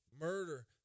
murder